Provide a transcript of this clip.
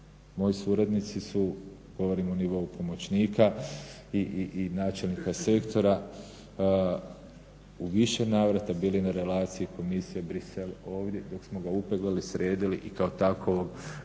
Moji suradnici su, govorim o nivou pomoćnika i načelnika sektora, u više navrata bili na relaciji kojeg smo ga upeglali, sredili i kao takvog